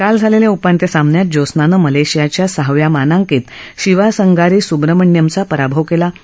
काल झालेल्या उपांत्य सामन्यात ज्योत्सनानं मलेशियाच्या सहाव्या मानांकित शिवासंगारी सुब्रमणियमचा पराभव केला होता